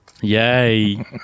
Yay